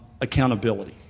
accountability